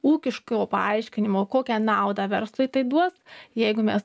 ūkiško paaiškinimo kokią naudą verslui tai duos jeigu mes